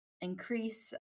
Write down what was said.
increase